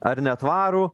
ar netvarų